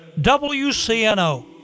WCNO